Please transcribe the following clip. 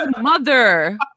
mother